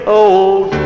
old